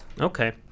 Okay